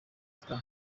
star